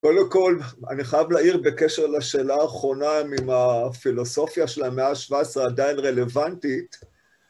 קודם כל, אני חייב להעיר בקשר לשאלה האחרונה אם הפילוסופיה של המאה ה-17 עדיין רלוונטית.